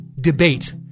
debate